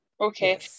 Okay